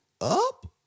up